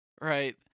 right